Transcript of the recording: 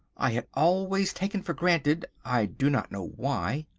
i had always taken for granted, i do not know why,